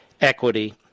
equity